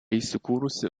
įsikūrusi